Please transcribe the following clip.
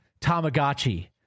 Tamagotchi